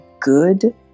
good